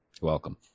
Welcome